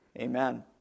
Amen